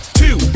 two